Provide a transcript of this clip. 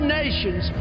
nations